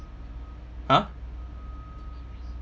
!huh!